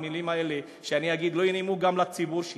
המילים האלה לא ינעמו גם לציבור שלי,